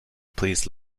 please